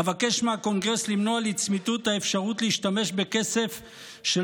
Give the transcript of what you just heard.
אבקש מהקונגרס למנוע לצמיתות את האפשרות להשתמש בכסף של